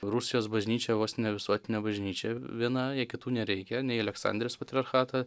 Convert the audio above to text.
rusijos bažnyčia vos ne visuotine bažnyčia viena jai kitų nereikia nei aleksandrijos patriarchato